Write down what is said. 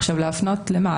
עכשיו, להפנות למה?